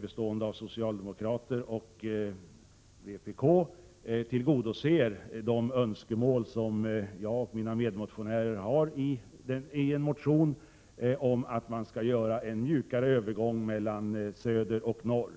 bestående av socialdemokrater och vpk, tillgodoser de önskemål som jag och mina medmotionärer framfört i motionen om en mjukare övergång mellan söder och norr.